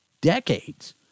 decades